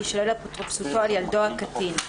תישלל אפוטרופסותו על ילדו הקטין: